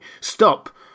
Stop